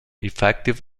effective